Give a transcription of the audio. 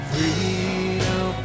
Freedom